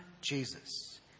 Jesus